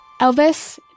Elvis